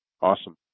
Awesome